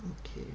okay